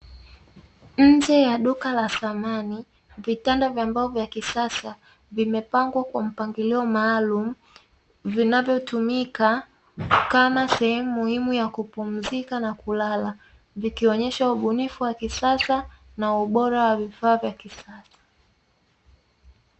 Nche ya duka la dhamani vitanda vya mbao vya kisasa vikiwa vimepangwa kwa mpangilio maalum vinavyotumika kama sehemu ya kupumzika na kulala vikionyesha ubunifu na mpangilio wa kisasa